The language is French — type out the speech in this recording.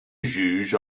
juge